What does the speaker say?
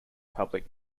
public